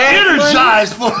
energized